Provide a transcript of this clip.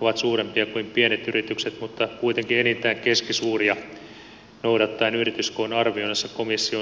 ovat suurempia kuin pienet yritykset mutta kuitenkin enintään keskisuuria noudattaen yrityskoon arvioinnissa komission suositusta